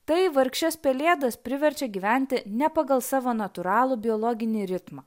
tai vargšes pelėdas priverčia gyventi ne pagal savo natūralų biologinį ritmą